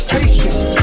patience